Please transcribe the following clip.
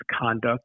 conduct